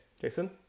Jason